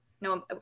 no